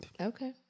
okay